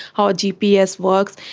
how gps works.